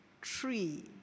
tree